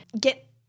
get